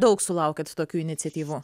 daug sulaukiat tokių iniciatyvų